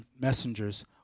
messengers